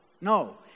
no